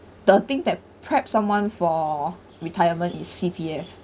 the thing that prep someone for retirement is C_P_F